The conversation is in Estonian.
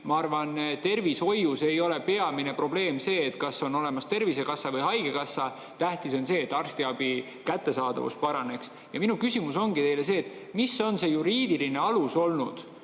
et Eesti tervishoius ei ole peamine probleem see, kas on olemas tervisekassa või haigekassa. Tähtis on see, et arstiabi kättesaadavus paraneks. Minu küsimus ongi teile see: mis on see juriidiline alus olnud?